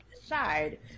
decide